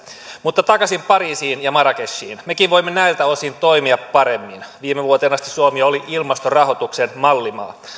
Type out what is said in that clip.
mutta takaisin pariisiin ja marrakechiin mekin voimme näiltä osin toimia paremmin viime vuoteen asti suomi oli ilmastorahoituksen mallimaa